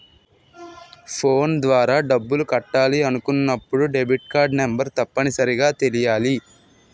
phone ద్వారా డబ్బులు కట్టాలి అనుకున్నప్పుడు డెబిట్కార్డ్ నెంబర్ తప్పనిసరిగా తెలియాలి